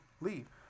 leave